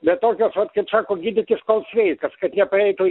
bet tokios vat kaip sako gydykis kol sveikas kad nepraeitų